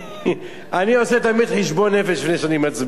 אני עושה תמיד חשבון נפש לפני שאני מצביע,